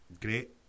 great